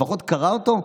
ולפחות קרא אותו,